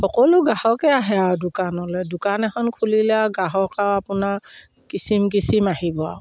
সকলো গ্ৰাহকে আহে আৰু দোকানলে দোকান এখন খুলিলে আৰু গ্ৰাহক আৰু আপোনাৰ কিচিম কিচিম আহিব আৰু